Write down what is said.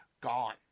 gone